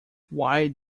why